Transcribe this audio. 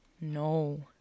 No